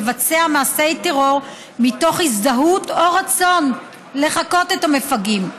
לבצע מעשי טרור מתוך הזדהות או רצון לחקות את המפגעים,